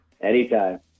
Anytime